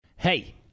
Hey